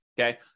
Okay